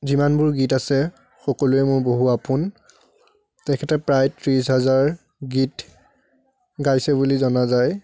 যিমানবোৰ গীত আছে সকলোৱে মোৰ বহু আপোন তেখেতে প্ৰায় ত্ৰিছ হাজাৰ গীত গাইছে বুলি জনা যায়